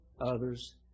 others